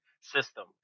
system